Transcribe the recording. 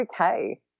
okay